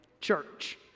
Church